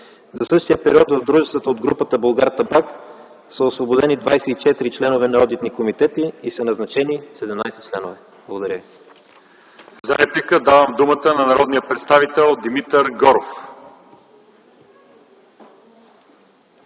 За същия период в дружествата от групата „Булгартабак” са освободени 24 членове на одитни комитети и са назначени 17 членове. Благодаря Ви. ПРЕДСЕДАТЕЛ ЛЪЧЕЗАР ИВАНОВ: За реплика давам думата на народния представител Димитър Горов.